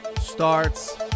starts